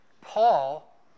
Paul